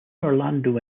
orlando